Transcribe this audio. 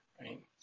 right